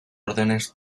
órdenes